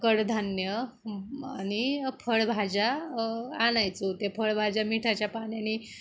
कडधान्य आणि फळभाज्या आणायचो ते फळभाज्या मिठाच्या पाण्याने